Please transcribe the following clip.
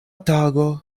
tago